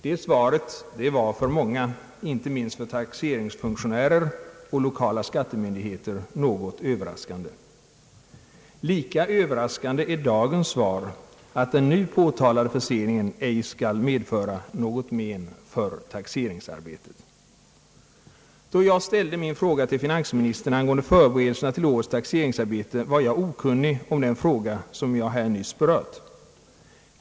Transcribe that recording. Det svaret var för många, inte minst för taxeringsfunktionärer och lokala skattemyndigheter, något överraskande. Lika överraskande är dagens svar, att den nu påtalade förseningen ej skall medföra något men för taxeringsarbetet. Då jag ställde min fråga till finansministern angående förberedelserna till årets taxeringsarbete, var jag okunnig om den fråga som jag här nyss berört.